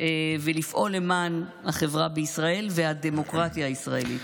ולפעול למען החברה בישראל והדמוקרטיה הישראלית.